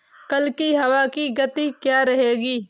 कल की हवा की गति क्या रहेगी?